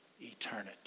eternity